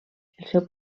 seu